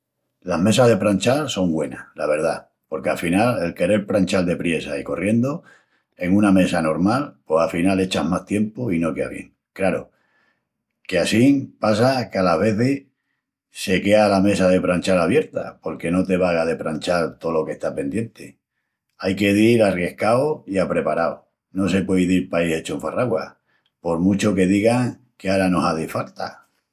Las mesas de pranchal son güenas, la verdá. Porque afinal el querel pranchal depriessa i corriendu en una mesa normal pos afinal echas más tiempu i no quea bien. Craru que assín passa que alas vezis se quea la mesa de pranchal abierta porque no te vaga de pranchal tolo qu'está pendienti. Ai que dil arriescau i apreparau, no se puei dil paí hechu un farraguas, por muchu que digan que ara no hazi falta.